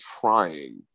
trying